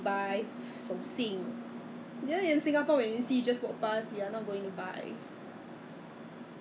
then 他有讲 loh so is like at that time 现在我看现在更加会会开放给我们吧 because